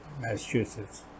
Massachusetts